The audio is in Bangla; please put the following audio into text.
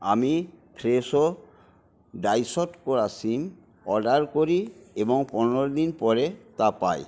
আমি ফ্রেশো ডাইসড করা শিম অর্ডার করি এবং পনেরো দিন পরে তা পাই